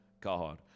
God